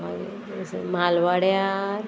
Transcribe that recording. मागीर कितें आसा मालवाड्यार